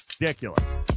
Ridiculous